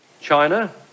China